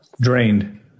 Drained